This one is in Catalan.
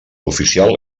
oficial